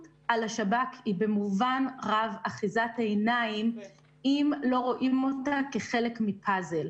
על השב"כ היא במובן רב אחיזת עיניים אם לא רואים אותה כחלק מפאזל.